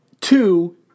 Two